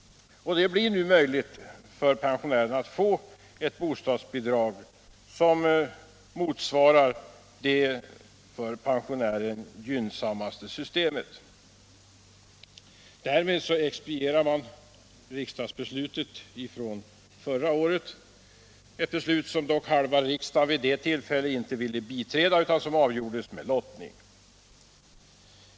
Det blir nu möjligt för en pensionär att få ett bostadsbidrag enligt det för pensionären gynnsammaste systemet. Därmed expedierar man riksdagsbeslutet från förra året — ett beslut som dock halva riksdagen vid det tillfället inte ville biträda utan som togs efter lottning.